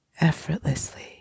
effortlessly